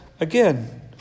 again